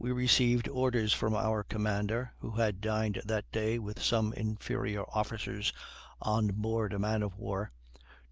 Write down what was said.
we received orders from our commander, who had dined that day with some inferior officers on board a man-of-war,